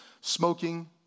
smoking